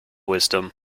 wisdom